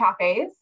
cafes